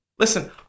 Listen